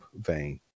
vein